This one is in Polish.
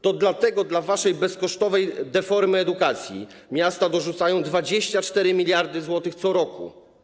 To dlatego do waszej bezkosztowej deformy edukacji miasta dorzucają 24 mld zł co roku.